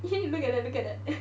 look at that look at that